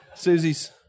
Susie's